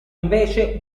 invece